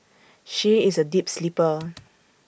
she is A deep sleeper